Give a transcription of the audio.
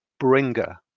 bringer